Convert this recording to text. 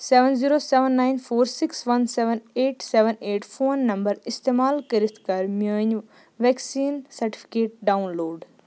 seven zero seven nine four six one seven eight seven eight phone number استعمال کٔرِتھ کَر میٛانہِ vaccine certificate down load